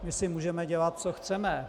My si můžeme dělat, co chceme.